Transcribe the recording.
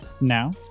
now